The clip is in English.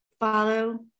Follow